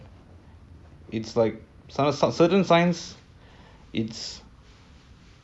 it's like sometimes a certain science it's